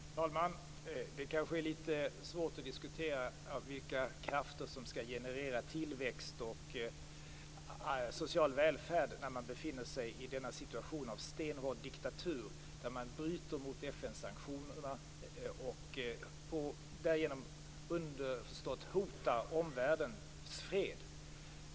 Fru talman! Det kanske är lite svårt att diskutera vilka krafter som skall generera tillväxt och social välfärd när man befinner sig i denna situation av stenhård diktatur där man bryter mot FN-sanktionerna och därigenom underförstått hotar omvärldens fred.